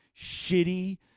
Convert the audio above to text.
shitty